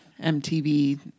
MTV